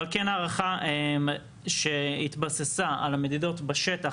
אבל כן הערכה שהתבססה על המדידות בשטח,